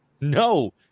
No